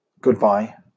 Goodbye